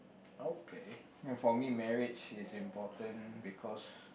okay for me marriage is important because